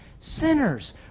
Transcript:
sinners